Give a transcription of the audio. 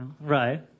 Right